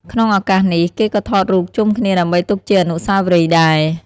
ក្នុងឱកាសនេះ គេក៏ថតរូបជុំគ្នាដើម្បីទុកជាអនុស្សាវរីយ៍ដែរ។